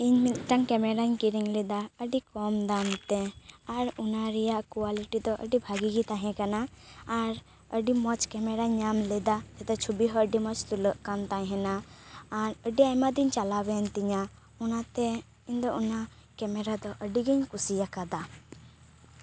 ᱤᱧ ᱢᱤᱫᱴᱟᱝ ᱠᱮᱢᱮᱨᱟᱧ ᱠᱤᱨᱤᱧ ᱞᱮᱫᱟ ᱟᱹᱰᱤ ᱠᱚᱢ ᱫᱟᱢ ᱛᱮ ᱟᱨ ᱚᱱᱟ ᱨᱮᱭᱟᱜ ᱠᱩᱭᱟᱞᱤᱴᱤ ᱫᱚ ᱟᱹᱰᱤ ᱵᱷᱟᱹᱜᱤ ᱜᱤ ᱛᱟᱦᱮᱸ ᱠᱟᱱᱟ ᱟᱨ ᱟᱹᱰᱤ ᱢᱚᱡᱽ ᱠᱮᱢᱮᱨᱟᱧ ᱧᱟᱢ ᱞᱮᱫᱟ ᱪᱷᱩᱵᱤ ᱦᱚᱸ ᱟᱹᱰᱤ ᱢᱚᱡᱽ ᱛᱩᱞᱟᱜ ᱠᱟᱱ ᱛᱟᱸᱦᱮᱱᱟ ᱟᱨ ᱟᱹᱰᱤ ᱟᱭᱢᱟ ᱫᱤᱱ ᱪᱟᱞᱟᱣ ᱮᱱ ᱛᱤᱧᱟ ᱚᱱᱟ ᱛᱮ ᱤᱧᱫᱚ ᱚᱱᱟ ᱠᱮᱢᱮᱨᱟ ᱫᱚ ᱟᱹᱰᱤᱜᱤᱧ ᱠᱩᱥᱤ ᱟᱠᱟᱫᱟ